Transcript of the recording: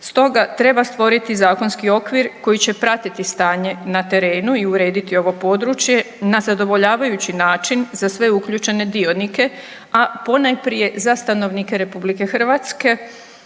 Stoga treba stvoriti zakonski okvir koji će pratiti stanje na terenu i urediti ovo područje na zadovoljavajući način za sve uključene dionike, a ponajprije za stanovnike RH koji su